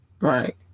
Right